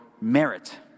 merit